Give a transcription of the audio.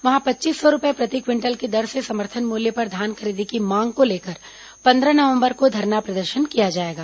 वहां पच्चीस सौ रूपये प्रति क्विंटल की दर से समर्थन मूल्य पर धान खरीदी की मांग को लेकर पंद्रह नवंबर को धरना प्रदर्शन किया जाएगा